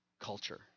culture